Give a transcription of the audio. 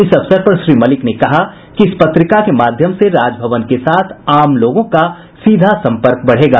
इस अवसर पर श्री मलिक ने कहा कि इस पत्रिका के माध्यम से राजभवन के साथ आम लोगों का सीधा संपर्क बढ़ेगा